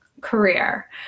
career